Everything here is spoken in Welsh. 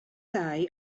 dau